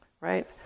Right